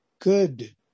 good